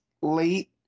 late